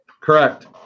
Correct